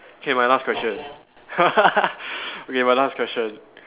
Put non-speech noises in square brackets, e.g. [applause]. okay my last question [laughs] okay my last question